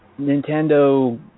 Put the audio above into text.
Nintendo